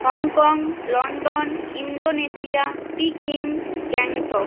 Hong Kong London Indonesia Peking Gangtok